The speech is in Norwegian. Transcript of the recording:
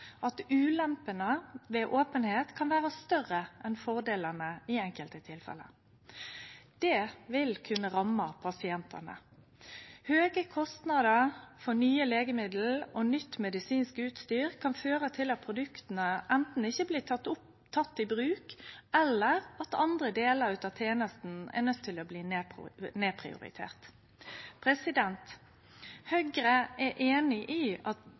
at ulempene ved openheit kan vere større enn fordelane i enkelte tilfelle. Det vil kunne ramme pasientane. Høge kostnader for nye legemiddel og nytt medisinsk utstyr kan føre til at produkta anten ikkje blir tekne i bruk, eller at andre delar av tenesta må nedprioriterast. Høgre er einig i at